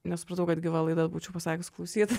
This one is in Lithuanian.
nesupratau kad gyva laida būčiau pasakius klausyt